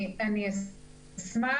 אני אשמח.